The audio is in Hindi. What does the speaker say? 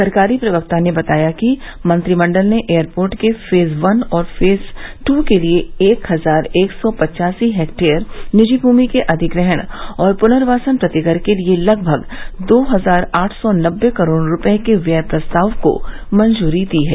सरकारी प्रवक्ता ने बताया कि मंत्रिमंडल ने एयरपोर्ट के फेज वन और फेज ट् लिए एक हजार एक सौ पच्चासी हेक्टेयर निजी भूमि के अधिग्रहण और पुनर्वासन प्रतिकर के लिए लगभग दो हजार आठ सौ नब्बे करोड़ रूपये के व्यय प्रस्ताव को मंजूरी दी गई